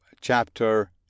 chapter